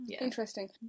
Interesting